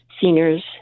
seniors